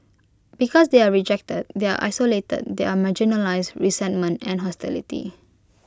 because they are rejected they are isolated they are marginalised resentment and hostility